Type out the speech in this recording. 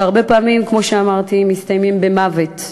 שהרבה פעמים, כמו שאמרתי, מסתיימים במוות.